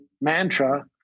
mantra